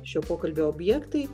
šio pokalbio objektai